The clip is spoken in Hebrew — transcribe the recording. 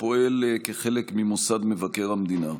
הפועל כחלק ממוסד מבקר המדינה.